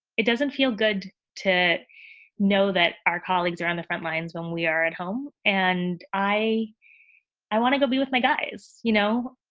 it doesn't feel good to know that our colleagues are on the front lines when we are at home. and i i want to go be with my guys. you know,